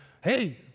hey